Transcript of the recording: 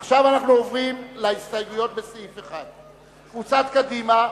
עכשיו אנחנו עוברים להסתייגויות לסעיף 1. קבוצת קדימה,